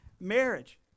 marriage